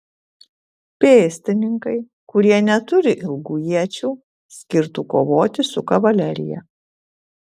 pėstininkai kurie neturi ilgų iečių skirtų kovoti su kavalerija